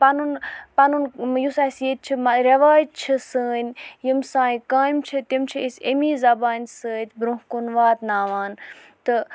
پَنُن پَنُن یُس اَسہِ ییٚتہِ چھِ رٮ۪وایَت چھِ سٲنۍ یِم سانہِ کامہِ چھِ تِم چھِ أسۍ امی زبانہِ سۭتۍ برونٛہہ کُن واتناوان تہٕ